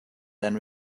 then